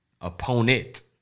opponent